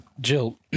Jill